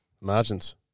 Margins